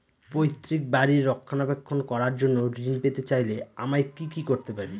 পৈত্রিক বাড়ির রক্ষণাবেক্ষণ করার জন্য ঋণ পেতে চাইলে আমায় কি কী করতে পারি?